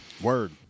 Word